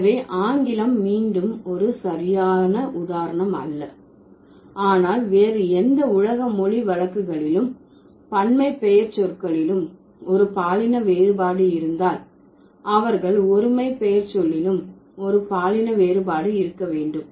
எனவே ஆங்கிலம் மீண்டும் ஒரு சரியான உதாரணம் அல்ல ஆனால் வேறு எந்த உலக மொழி வழக்குகளில் பன்மை பெயர்ச்சொற்களிலும் ஒரு பாலின வேறுபாடு இருந்தால் அவர்கள் ஒருமை பெயர்ச்சொல்லிலும் ஒரு பாலின வேறுபாடு இருக்க வேண்டும்